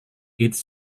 its